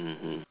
mmhmm